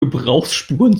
gebrauchsspuren